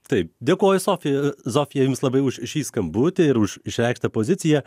taip dėkoju sofija zofija jums labai už šį skambutį ir už išreikštą poziciją